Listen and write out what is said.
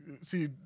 See